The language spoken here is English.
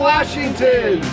Washington